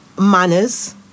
manners